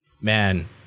man